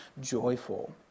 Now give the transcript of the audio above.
joyful